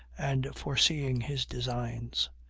and foreseeing his designs.